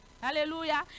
Hallelujah